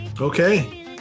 Okay